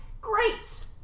great